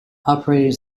operating